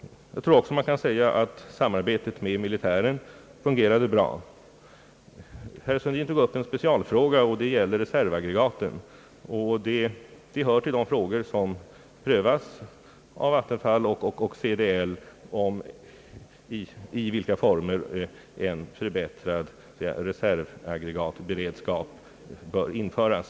Samarbetet med militären fungerade bra. och den gällde reservaggregaten. Det är en av de frågor som prövas av Vattenfall och CDL, nämligen i vilka former en förbättrad reservaggregatberedskap bör införas.